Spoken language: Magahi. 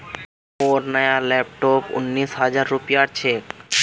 मोर नया लैपटॉप उन्नीस हजार रूपयार छिके